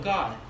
God